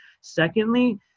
Secondly